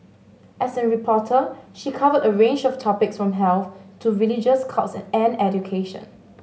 as a reporter she covered a range of topics from health to religious cults and education